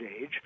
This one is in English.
age